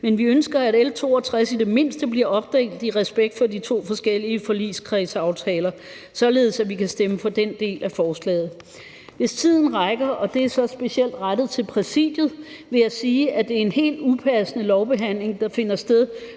men vi ønsker, at L 62 i det mindste bliver opdelt af respekt for de to forskellige forligskredsaftaler, således at vi kan stemme for den del af forslaget. Hvis tiden rækker – og det er så specielt rettet til Præsidiet – vil jeg sige, at det er en helt upassende lovbehandling, der finder sted,